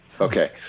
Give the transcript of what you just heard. Okay